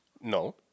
No